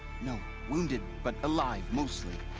no, wounded, but alive. mostly.